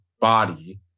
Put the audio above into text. body